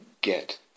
get